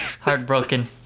Heartbroken